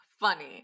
funny